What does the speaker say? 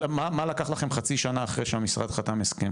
מה לקח לכם חצי שנה אחרי שהמשרד חתם הסכם?